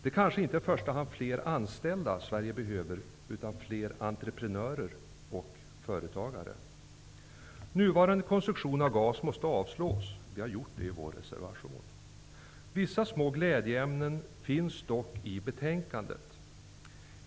Det är kanske inte i första hand fler anställda Sverige behöver, utan fler entreprenörer och företagare. Nuvarande konstruktion av GAS måste avstyrkas. Det har vi gjort i vår reservation. Vissa små glädjeämnen finns dock i betänkandet.